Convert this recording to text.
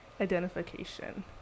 identification